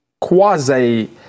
quasi